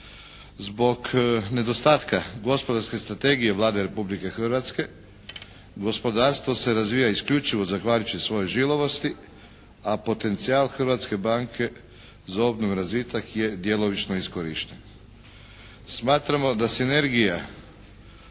Zbog nedostatka gospodarske strategije Vlade Republike Hrvatske gospodarstvo se razvija isključivo zahvaljujući svojoj žilavosti, a potencijal Hrvatske banke za obnovu i razvitak je djelomično iskorišten. Smatramo da sinergija